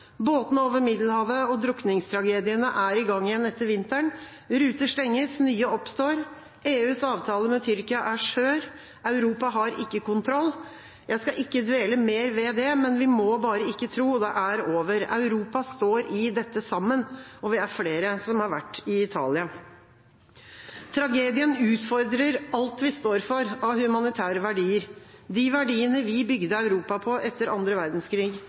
over Middelhavet og drukningstragediene er i gang igjen etter vinteren. Ruter stenges – nye oppstår. EUs avtale med Tyrkia er skjør. Europa har ikke kontroll. Jeg skal ikke dvele mer ved det. Vi må bare ikke tro det er over. Europa står i dette – sammen. Vi er flere som har vært i Italia. Tragedien utfordrer alt vi står for av humanitære verdier – de verdiene vi bygde Europa på etter annen verdenskrig.